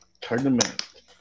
tournament